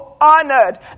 honored